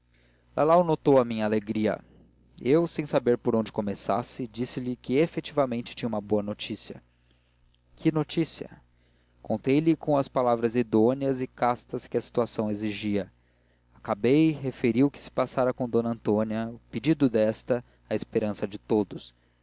seguinte lalau notou a minha alegria eu sem saber por onde começasse